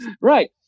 right